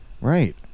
Right